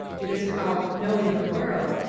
it is called knowing the world,